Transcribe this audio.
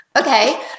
okay